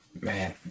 man